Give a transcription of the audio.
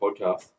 podcast